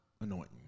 anointing